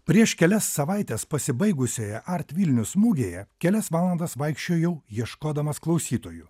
prieš kelias savaites pasibaigusioje art vilnius mugėje kelias valandas vaikščiojau ieškodamas klausytojų